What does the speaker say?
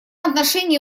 отношении